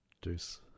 Deuce